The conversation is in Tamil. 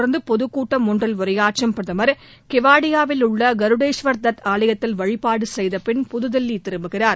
தொடர்ந்துபொதுக் கூட்டம் ஒன்றில் அதனைத் உரையாற்றம் பிரதமர் கெவாடியாவில் உள்ளகருடேஸ்வர் தத் ஆலயத்தில் வழிபாடுசெய்தபின் புதுதில்லிதிரும்புகிறார்